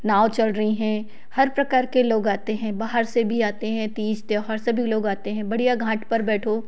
नाव चल रहीं हैं हर प्रकार के लोग आते हैं बाहर से भी आते हैं तीज त्यौहार सभी लोग आते हैं बढ़िया घाट पर बैठो